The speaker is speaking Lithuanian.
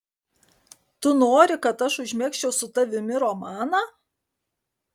tu nori kad aš užmegzčiau su tavimi romaną